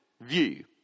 view